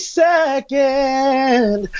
second